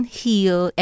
heal